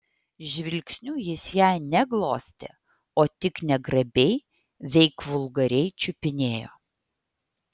žvilgsniu jis ją ne glostė o tik negrabiai veik vulgariai čiupinėjo